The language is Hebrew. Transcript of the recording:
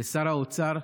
לשר האוצר,